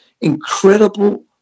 incredible